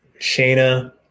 Shana